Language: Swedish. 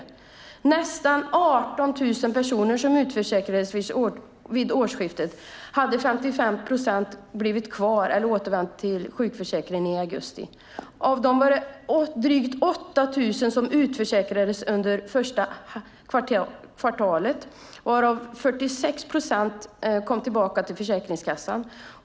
Av nästan 18 000 personer som utförsäkrades vid årsskiftet hade 55 procent blivit kvar eller återvänt till sjukförsäkringen i augusti. Av dem utförsäkrades drygt 8 000 under första kvartalet. Av dem kom 46 procent tillbaka till Försäkringskassan.